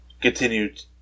continued